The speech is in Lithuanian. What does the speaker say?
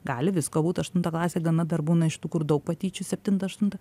gali visko būt aštunta klasė gana dar būna iš tų kur daug patyčių septintą aštuntą